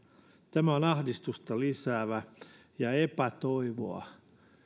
tämä on ahdistusta lisäävä ja epätoivoa